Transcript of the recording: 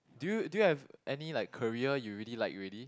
do you do you have any like career you really like already